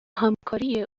همکاری